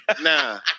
Nah